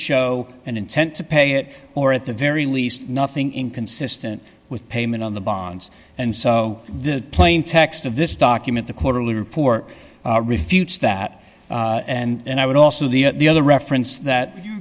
show an intent to pay it or at the very least nothing inconsistent with payment on the bonds and so the plain text of this document the quarterly report refutes that and i would also the the other reference that